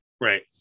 Right